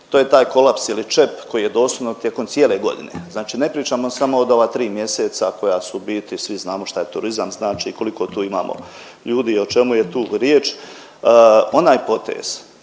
to je taj kolaps ili čep koji je doslovno tijekom cijele godine. Znači ne pričamo samo od ova tri mjeseca koja su u biti svi znamo što je turizam, znači koliko tu imamo ljudi i o čemu je tu riječ, onaj potez